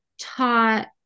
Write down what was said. taught